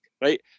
right